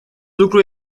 lucru